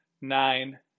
nine